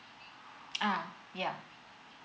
uh yeah